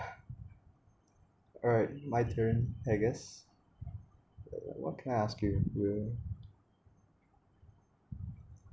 alright my turn I guess what can I ask you really